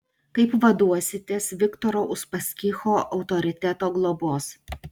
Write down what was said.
kaip vaduositės viktoro uspaskicho autoriteto globos